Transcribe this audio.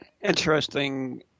interesting